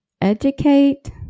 Educate